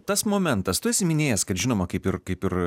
tas momentas tu esi minėjęs kad žinoma kaip ir kaip ir